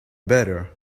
better